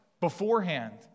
beforehand